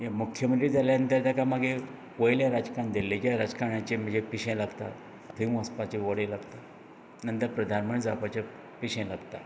मुख्यमंत्री जाल्या नंतर ताका मागीर वयल्या राजकारण दिल्लीच्या राजकरणाचे मागीर पिशें लागता थंय वचपाचें वडें लागता नंतर प्रधान मंत्री जावपाचे पिशें लागता